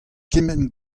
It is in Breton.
kement